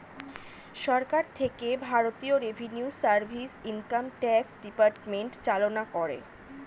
সরকার থেকে ভারতীয় revenue service, income tax department চালনা করে